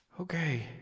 Okay